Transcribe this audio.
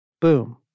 boom